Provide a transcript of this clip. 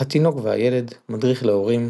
התינוק והילד מדריך להורים